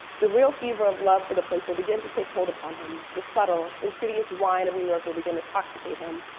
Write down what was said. the real fever of love for the place will begin to take hold upon him. the subtle insidious whine of new york will begin to intoxicate him.